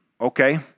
okay